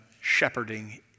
shepherding